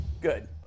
Good